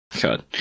God